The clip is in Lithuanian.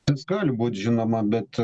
tas gali būt žinoma bet